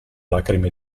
lacrime